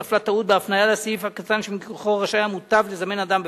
נפלה טעות בהפניה לסעיף הקטן שמכוחו רשאי המותב לזמן אדם בפניו.